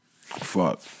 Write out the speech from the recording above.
fuck